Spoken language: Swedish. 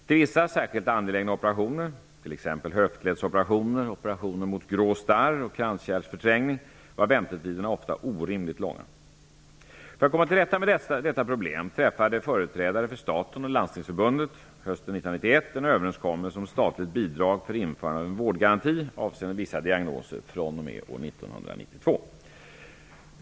Till vissa särskilt angelägna operationer, t.ex. höftledsoperationer, operationer mot grå starr och kranskärlsförträngning, var väntetiderna ofta orimligt långa. För att komma till rätta med detta problem träffade företrädare för staten och Landstingsförbundet hösten 1991 en överenskommelse om statligt bidrag för införande av en vårdgaranti avseende vissa diagnoser fr.o.m. år 1992.